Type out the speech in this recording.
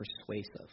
persuasive